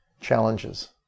challenges